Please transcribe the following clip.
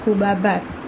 ખુબ ખુબ આભાર